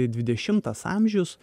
dvidešimtas amžius